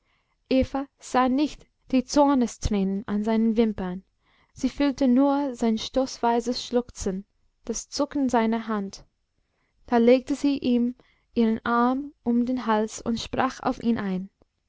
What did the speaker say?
sah nicht die zornestränen an seinen wimpern sie fühlte nur sein stoßweises schluchzen das zucken seiner hand da legte sie ihm ihren arm um den hals und sprach auf ihn ein